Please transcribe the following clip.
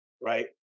right